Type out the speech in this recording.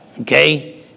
okay